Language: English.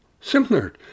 similar